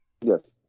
Yes